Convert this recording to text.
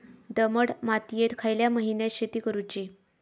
दमट मातयेत खयल्या महिन्यात शेती करुची?